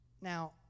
Now